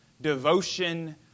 devotion